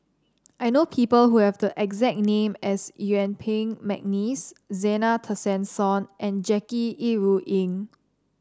I know people who have the exact name as Yuen Peng McNeice Zena Tessensohn and Jackie Yi Ru Ying